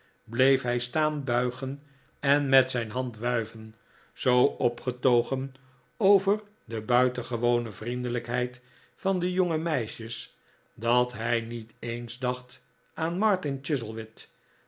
bleef hij staan buigen en met zijn hand wuiven zoo opgetogen over de buitengewone vriendelijkheid van de jongemeisjes dat hij niet eens dacht aan